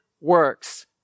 works